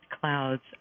clouds